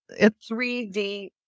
3D